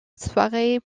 soirée